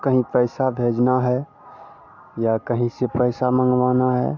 कहीं पैसा भेजना है या कहीं से पैसा मंगवाना है